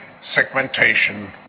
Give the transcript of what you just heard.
segmentation